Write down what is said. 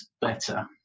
better